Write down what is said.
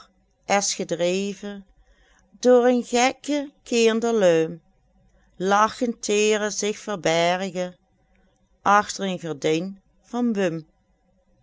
es gedreven door en gekke kinderluim lachenteere zich verbergen achter en gardijn van